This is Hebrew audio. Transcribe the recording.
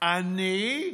אני?